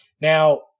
Now